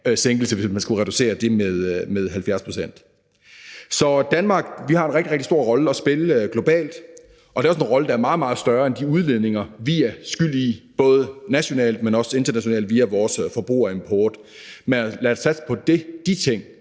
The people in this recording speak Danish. sænkelse, hvis man skulle reducere det med 70 pct. Så Danmark har en rigtig, rigtig stor rolle at spille globalt, og det er også en rolle, der er meget, meget større end de udledninger, vi er skyld i både nationalt og internationalt via vores forbrug og import. Men lad os satse på de ting,